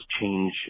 change